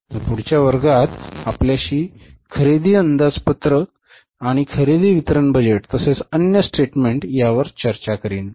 मी पुढच्या वर्गात आपल्याशी खरेदी अंदाजपत्रक आणि खरेदी वितरण बजेट तसेच अन्य स्टेटमेन्ट यावर चर्चा करीन